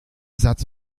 satz